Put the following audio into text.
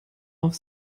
auf